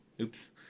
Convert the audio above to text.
Oops